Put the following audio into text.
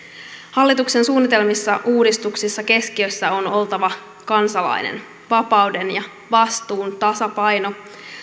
hallituksen suunnitelmissa uudistusten keskiössä on oltava kansalainen vapauden ja vastuun tasapaino